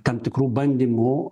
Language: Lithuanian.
tam tikrų bandymų